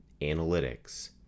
analytics